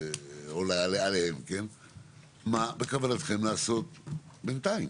מה בכוונתכם לעשות בינתיים?